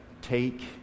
take